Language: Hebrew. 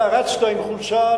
אתה רצת עם חולצה,